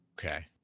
Okay